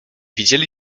widzieli